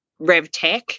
RevTech